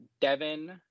Devin